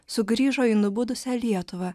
sugrįžo į nubudusią lietuvą